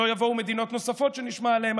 לא יבואו מדינות נוספות שנשמע עליהן,